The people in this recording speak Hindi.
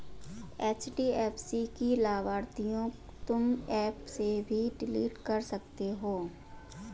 एच.डी.एफ.सी की लाभार्थियों तुम एप से भी डिलीट कर सकते हो